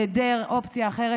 בהיעדר אופציה אחרת,